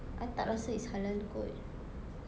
I tak rasa it's halal kot